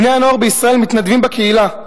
בני-הנוער בישראל מתנדבים בקהילה.